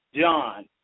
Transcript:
John